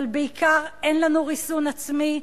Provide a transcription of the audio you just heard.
אבל בעיקר אין לנו ריסון עצמי.